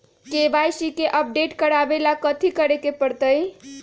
KYC के update करवावेला कथि करें के परतई?